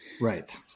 Right